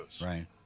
right